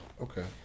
Okay